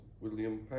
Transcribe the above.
William